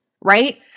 Right